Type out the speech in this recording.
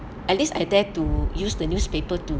at least I dare to use the newspaper to